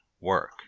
work